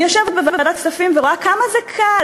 אני יושבת בוועדת הכספים ורואה כמה קל